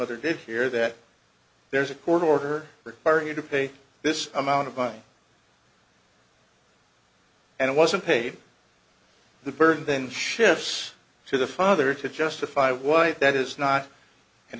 other did here that there's a court order requiring you to pay this amount of money and wasn't paid the burden then shifts to the father to justify why that is not an